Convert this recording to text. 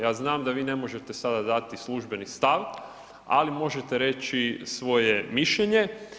Ja znam da vi ne možete sada dati službeni stav, ali možete reći svoje mišljenje.